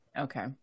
Okay